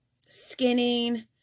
skinning